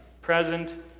present